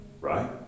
right